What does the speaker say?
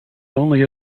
only